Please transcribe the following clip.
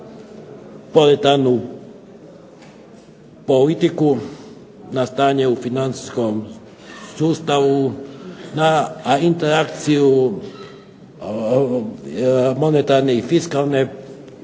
politiku, na stanje u financijskom sustavu, na interakciju monetarne i fiskalne